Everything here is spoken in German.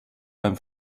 beim